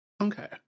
Okay